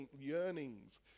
yearnings